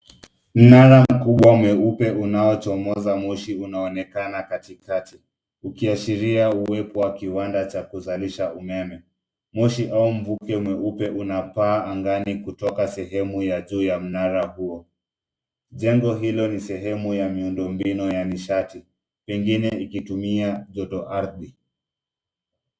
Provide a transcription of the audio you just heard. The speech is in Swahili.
Mnara mkubwa mweupe unaochomoza moshi unaonekana katikati ukiashiria uwepo wa kiwanda cha kuzalisha umeme. Moshi au mvuke mweupe unapaa angani kutoka sehemu ya juu ya mnara huo. Jengo hilo ni sehemu ya miundo mbinu ya nishati pengine ikitumia joto ardhi.